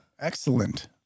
Excellent